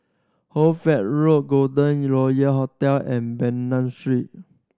Hoy Fatt Road Golden Royal Hotel and Bernam Street